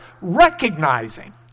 recognizing